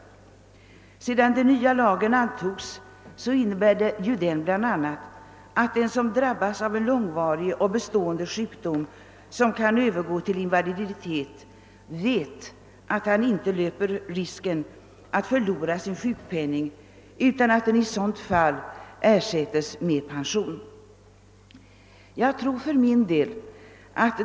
Den nya lag som antogs innebär bl.a. att den som drabbas av en långvarig och bestående sjukdom, som kan övergå i invaliditet, vet att han inte löper risk att förlora sin sjukpenning, eftersom den i förekommande fall ersätts med pension.